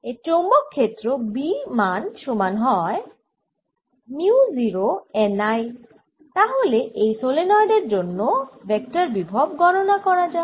এর চৌম্বক ক্ষেত্র B মান সমান হয় মিউ 0 n I তাহলে এই সলেনয়েডের জন্য ভেক্টর বিভব গণনা করা যাক